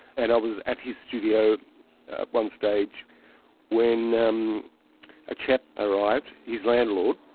and i was at his studio at one stage when a um a chap arrived, his landlord,